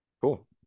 Cool